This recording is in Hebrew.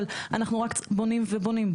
אבל אנחנו רק בונים ובונים.